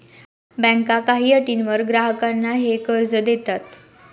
बँका काही अटींवर ग्राहकांना हे कर्ज देतात